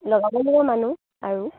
লগাব লাগিব মানুহ আৰু